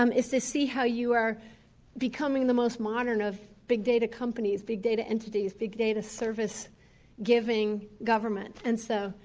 um it's to see how you are becoming the most modern of big data companies, big data entities, big data service giving government. and so,